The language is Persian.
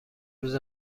روز